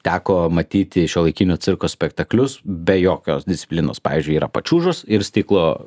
teko matyti šiuolaikinio cirko spektaklius be jokios disciplinos pavyzdžiui yra pačiūžos ir stiklo